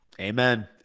Amen